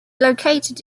located